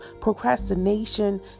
procrastination